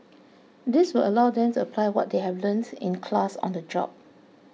this will allow them to apply what they have learnt in class on the job